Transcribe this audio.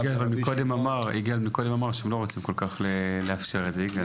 אבל יגאל מקודם אמר שהם לא רוצים כל כך להיעזר בזה לטובת העניין.